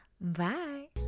Bye